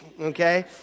okay